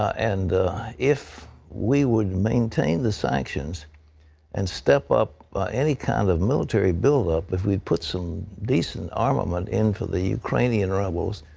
and if we would maintain the sanctions and step up any kind of military buildup, if we put some decent armament into the ukrainian rebels,